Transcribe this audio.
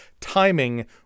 timing